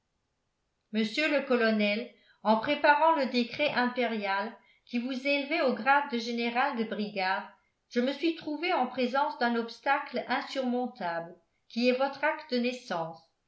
monsieur le colonel en préparant le décret impérial qui vous élevait au grade de général de brigade je me suis trouvé en présence d'un obstacle insurmontable qui est votre acte de naissance